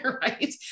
right